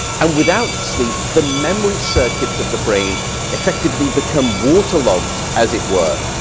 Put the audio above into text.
and without sleep, the memory circuits of the brain effectively become waterlogged, as it were,